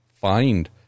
find